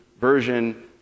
version